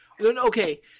Okay